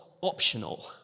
optional